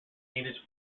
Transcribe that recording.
needed